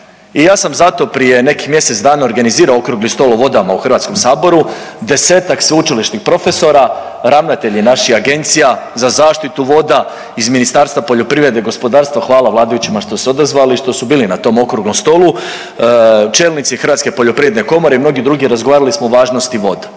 I ja sam zato prije nekih mjesec dana organizirao okrugli stol o vodama u Hrvatskom saboru, 10-ak sveučilišnih profesora, ravnatelji naši agencija za zaštitu voda, iz Ministarstva poljoprivrede, gospodarstva, hvala vladajućima što su se odazvali i što su bili na tom okruglom stolu, čelnici Hrvatske poljoprivredne komore i mnogi drugi. Razgovarali smo o važnosti voda.